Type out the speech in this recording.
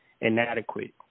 inadequate